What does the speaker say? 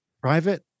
private